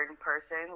person